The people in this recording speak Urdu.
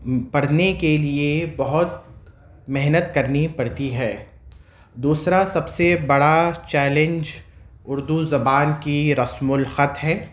پڑھنے کے لیے بہت محنت کرنی پڑتی ہے دوسرا سب سے بڑا چیلنج اردو زبان کی رسم الخط ہے